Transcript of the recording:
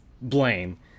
blame